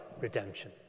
redemption